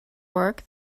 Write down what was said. work